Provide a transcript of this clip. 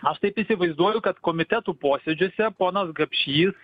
aš taip įsivaizduoju kad komitetų posėdžiuose ponas gapšys